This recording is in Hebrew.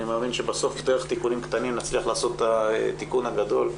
אני מאמין שבסוף דרך תיקונים קטנים נצליח לעשות את התיקון הגדול.